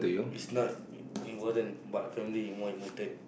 it's not it it wasn't but family is more important